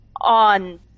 on